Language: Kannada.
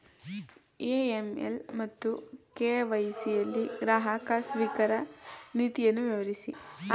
ಎ.ಎಂ.ಎಲ್ ಮತ್ತು ಕೆ.ವೈ.ಸಿ ಯಲ್ಲಿ ಗ್ರಾಹಕ ಸ್ವೀಕಾರ ನೀತಿಯನ್ನು ವಿವರಿಸಿ?